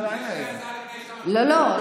יש לי הצעה --- לא, לא.